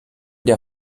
der